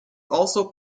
also